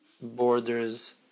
borders